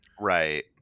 Right